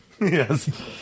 Yes